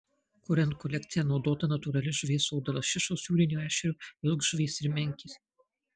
kuriant kolekciją naudota natūrali žuvies oda lašišos jūrinio ešerio vilkžuvės ir menkės